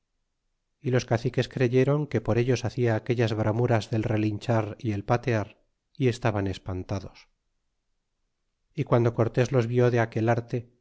y los caciques creyéron que por ellos hacia aquellas bramuras del relinchar y el patear y estaban espantados y guando cortés los vi de aquel arte